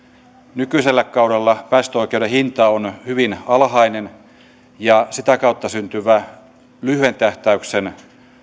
nykyisellä kaudella päästöoikeuden hinta on hyvin alhainen ja sitä kautta syntyvä lyhyen tähtäyksen